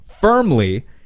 firmly